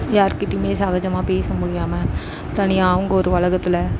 யார்கிட்டேயுமே சகஜமாக பேச முடியாமல் தனியாக அவங்க ஒரு உலகத்துல